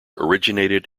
originated